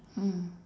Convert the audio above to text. mm